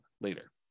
later